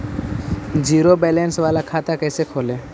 Zero balance बाला खाता कैसे खोले?